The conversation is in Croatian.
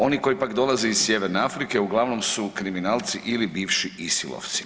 Oni koji pak dolaze iz Sjeverne Afrike uglavnom su kriminalci ili bivši ISIL-ovci.